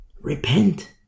Repent